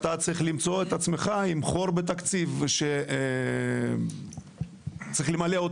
אני מוצא את עצמי עם חור בתקציב שאותו צריך למלא.